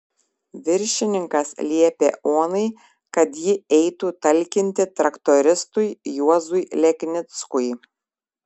viršininkas liepė onai kad ji eitų talkinti traktoristui juozui leknickui